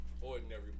ordinary